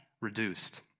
reduced